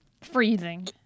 freezing